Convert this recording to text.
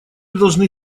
должны